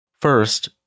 First